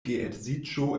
geedziĝo